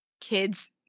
kids –